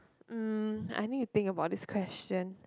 um I need to think about this question